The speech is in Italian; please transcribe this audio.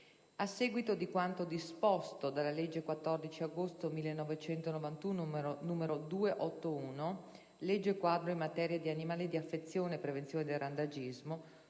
A seguito di quanto disposto dalla legge 14 agosto 1991, n. 281 (Legge quadro in materia di animali di affezione e prevenzione del randagismo),